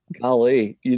Golly